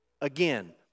again